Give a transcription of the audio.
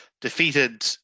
defeated